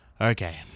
okay